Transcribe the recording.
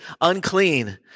unclean